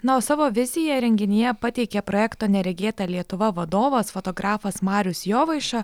na o savo viziją renginyje pateikė projekto neregėta lietuva vadovas fotografas marius jovaiša